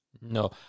No